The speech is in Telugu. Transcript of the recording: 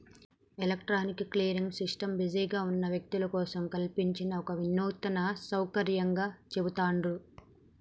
ఎలక్ట్రానిక్ క్లియరింగ్ సిస్టమ్ బిజీగా ఉన్న వ్యక్తుల కోసం కల్పించిన ఒక వినూత్న సౌకర్యంగా చెబుతాండ్రు